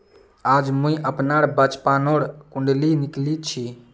आज मुई अपनार बचपनोर कुण्डली निकली छी